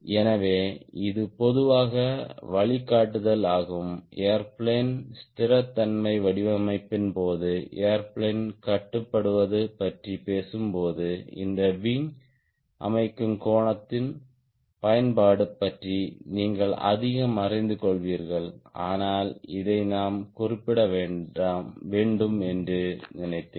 எனவே இது பொதுவாக வழிகாட்டுதலாகும் ஏர்பிளேன் ஸ்திரத்தன்மை வடிவமைப்பின் போது ஏர்பிளேன் கட்டுப்படுத்துவது பற்றி பேசும்போது இந்த விங் அமைக்கும் கோணத்தின் பயன்பாடு பற்றி நீங்கள் அதிகம் அறிந்து கொள்வீர்கள் ஆனால் இதை நாம் குறிப்பிட வேண்டும் என்று நினைத்தேன்